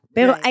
Pero